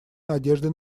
надежды